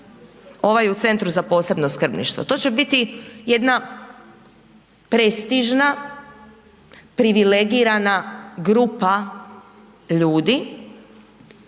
Ovaj u Centru za posebno skrbništvo. To će biti jedna prestižna, privilegirana grupa ljudi